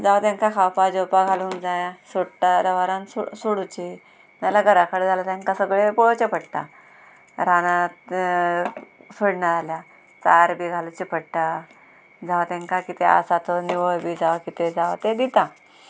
जावं तेंकां खावपा जेवपाक घालूंक जाय सोडटा अर्दे वरान सोडूचें ना जाल्यार घरा कडे जाल्यार तेंकां सगळें पळोवचें पडटा रानांत सोडना जाल्यार चार बी घालची पडटा जावं तेंकां कितें आसा तो निवळ बी जावं कितें जावं तें दिता